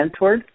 mentored